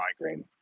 migraine